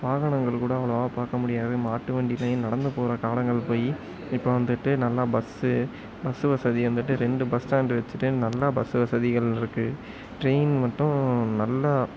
வாகனங்கள் கூட அவ்வளோவா பார்க்க முடியாது மாட்டு வண்டிலேயும் நடந்துப்போகிற காலங்கள் போய் இப்போது வந்துவிட்டு நல்லா பஸ்ஸு பஸ் வசதி வந்துவிட்டு ரெண்டு பஸ் ஸ்டாண்டு வச்சுட்டு நல்லா பஸ் வசதிகள் இருக்கு ட்ரெயின் மட்டும் நல்லா